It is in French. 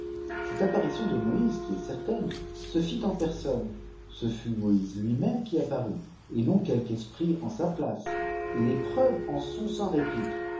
cette apparition de moïse jqui est certaine se fit en personne ce fut moïse lui-même qui apparut et non quelque esprit en sa place et les preuves en sont sans réplique